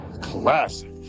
classic